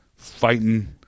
fighting